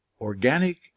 Organic